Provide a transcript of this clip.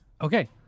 Okay